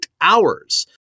hours